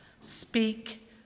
speak